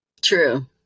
True